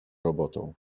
robotą